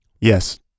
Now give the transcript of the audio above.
Yes